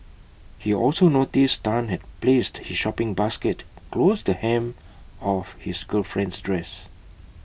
he also noticed Tan had placed his shopping basket close the hem of his girlfriend's dress